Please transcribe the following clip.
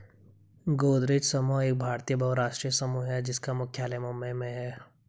गोदरेज समूह एक भारतीय बहुराष्ट्रीय समूह है जिसका मुख्यालय मुंबई में है